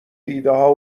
ایدهها